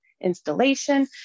installation